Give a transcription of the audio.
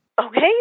Okay